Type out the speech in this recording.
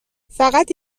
فقط